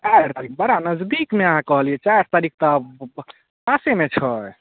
चारि तारीख बड़ा नजदीकमे अहाँ कहलिए चारि तारीख तऽ पासेमे छै